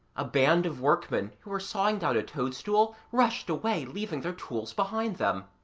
a band of workmen, who were sawing down a toadstool, rushed away, leaving their tools behind them.